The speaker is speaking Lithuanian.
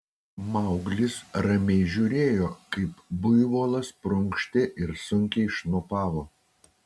mauglis ramiai žiūrėjo kaip buivolas prunkštė ir sunkiai šnopavo